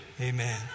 Amen